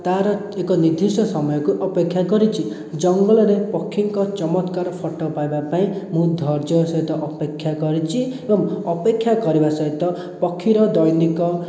ତା'ର ଏକ ନିର୍ଦ୍ଦିଷ୍ଟ ସମୟକୁ ଅପେକ୍ଷା କରିଛି ଜଙ୍ଗଲରେ ପକ୍ଷୀଙ୍କ ଚମତ୍କାର ଫଟୋ ପାଇବା ପାଇଁ ମୁଁ ଧୈର୍ଯ୍ୟର ସହିତ ଅପେକ୍ଷା କରିଛି ଏବଂ ଅପେକ୍ଷା କରିବା ସହିତ ପକ୍ଷୀର ଦୈନିକ